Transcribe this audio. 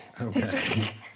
Okay